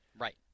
Right